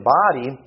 body